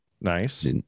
Nice